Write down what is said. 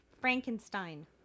Frankenstein